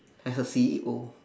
as a C_E_O